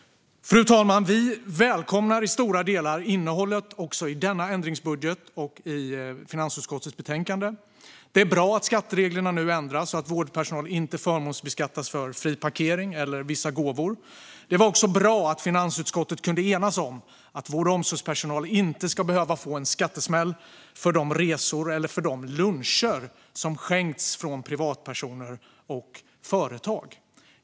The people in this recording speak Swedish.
Fru talman! Vi välkomnar i stora delar innehållet också i denna ändringsbudget och i finansutskottets betänkande. Det är bra att skattereglerna nu ändras så att vårdpersonal inte förmånsbeskattas för fri parkering eller vissa gåvor. Det är också bra att finansutskottet kunde enas om att vård och omsorgspersonal inte ska behöva få en skattesmäll för resor eller luncher som skänkts av privatpersoner och företag.